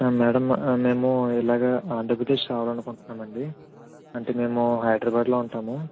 madam మేము ఇలాగ ఆంధ్రప్రదేశ్ రావాలనుకుంటున్నామండి అంటే మేము హైదరాబాదులో ఉంటాము